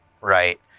right